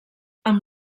amb